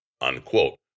unquote